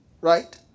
Right